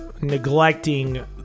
neglecting